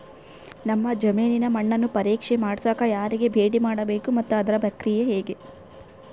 ನಮ್ಮ ಜಮೇನಿನ ಮಣ್ಣನ್ನು ಪರೇಕ್ಷೆ ಮಾಡ್ಸಕ ಯಾರಿಗೆ ಭೇಟಿ ಮಾಡಬೇಕು ಮತ್ತು ಅದರ ಪ್ರಕ್ರಿಯೆ ಹೆಂಗೆ?